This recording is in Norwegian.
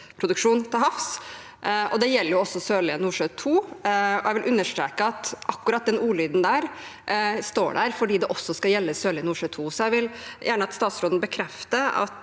kraftproduksjon til havs. Det gjelder også Sørlige Nordsjø II. Jeg vil understreke at akkurat den ordlyden står der fordi det også skal gjelde Sørlige Nordsjø II. Jeg vil gjerne at statsråden bekrefter at